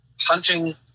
hunting